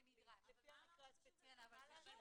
מה שנדרש.